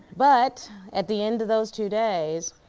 but at the end of those two days,